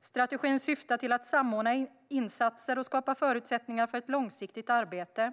Strategin syftar till att samordna insatser och skapa förutsättningar för ett långsiktigt arbete.